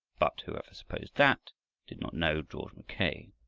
but whoever supposed that did not know george mackay.